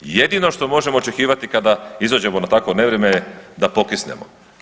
Jedno što možemo očekivati kada izađemo na takvo nevrijeme je da pokisnemo.